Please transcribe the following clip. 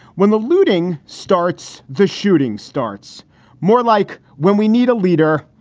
when the looting starts, the shooting starts more like when we need a leader.